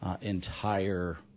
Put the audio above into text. entire